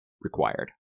required